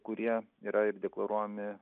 kurie yra ir deklaruojami